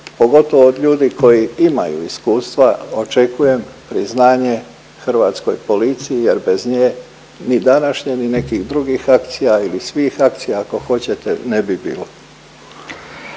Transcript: pogotovo od ljudi koji imaju iskustva očekujem priznanje hrvatskoj policiji jer bez nje ni današnje ni nekih drugih akcija ili svih akcija ako hoćete, ne bi bilo.